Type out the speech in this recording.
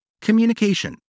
Communication